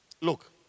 look